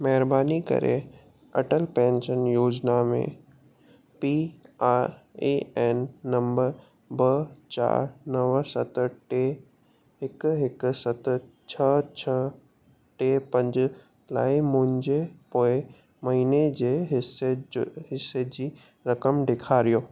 महिरबानी करे अटल पैंशन योजना में P R A N number ॿ चार नव सत टे हिकु हिकु सत छह छह टे पंज लाइ मुंहिंजे पोएं महिने जे हिसे जो हिसे जी रक़म ॾेखारियो